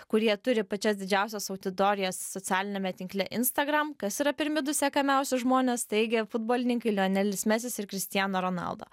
kurie turi pačias didžiausias auditorijas socialiniame tinkle instagram kas yra pirmi du sekamiausi žmonės taigi futbolininkai lionelis mesis ir cristiano ronaldo